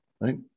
right